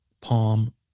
palm